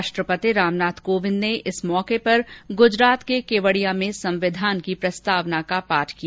राष्ट्रपति रामनाथ कोविंद ने इस मौके पर गुजरात के केवड़िया में संविधान की प्रस्तावना का पाठ किया